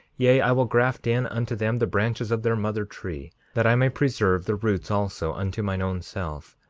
yea, i will graft in unto them the branches of their mother tree, that i may preserve the roots also unto mine own self,